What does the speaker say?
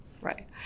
Right